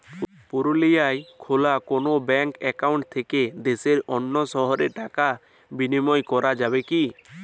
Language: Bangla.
পুরুলিয়ায় খোলা কোনো ব্যাঙ্ক অ্যাকাউন্ট থেকে দেশের অন্য শহরে টাকার বিনিময় করা যাবে কি?